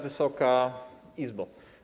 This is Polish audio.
Wysoka Izbo!